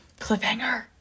cliffhanger